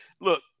Look